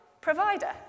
provider